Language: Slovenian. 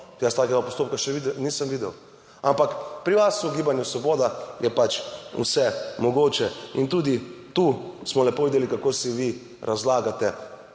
jaz takega postopka še nisem videl. Ampak pri vas v Gibanju svoboda, je pač vse mogoče. In tudi tu smo lepo videli, kako si vi razlagate